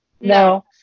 No